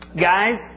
Guys